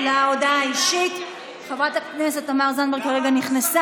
הוא אמר: חבר הכנסת אבידר, לא.